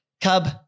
Cub